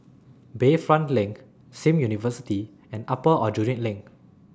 Bayfront LINK SIM University and Upper Aljunied LINK